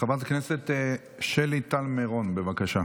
חברת הכנסת שלי טל מירון, בבקשה.